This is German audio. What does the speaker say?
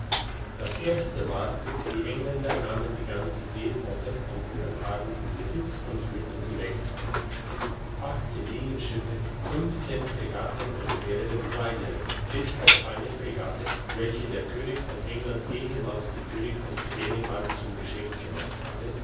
das erste war die engländer nahmen die ganze seeflotte von kopenhagen in besitz und führten sie weg linienschiffe fregatten und mehrere kleinere bis auf eine fregatte welche der könig von england ehemals dem könig von dänemark zum geschenk gemacht hatte